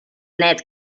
net